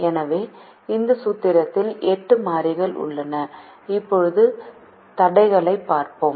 எனவே இந்த சூத்திரத்தில் 8 மாறிகள் உள்ளன இப்போது தடைகளைப் பார்ப்போம்